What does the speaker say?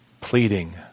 pleading